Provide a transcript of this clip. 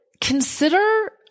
consider